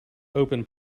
open